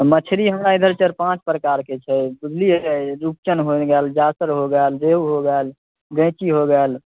मछरी हमरा इधर चारि पाँच प्रकारके छै बुझलियै रूपचन होइ गेल जासर हो गेल रहु हो गेल गैञ्ची हो गेल